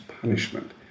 punishment